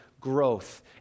Growth